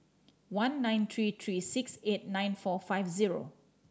one nine three three six eight nine four five zero